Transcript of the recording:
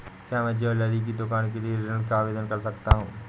क्या मैं ज्वैलरी की दुकान के लिए ऋण का आवेदन कर सकता हूँ?